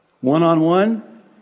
one-on-one